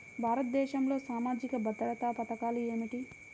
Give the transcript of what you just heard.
భారతదేశంలో సామాజిక భద్రతా పథకాలు ఏమిటీ?